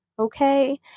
Okay